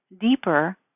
deeper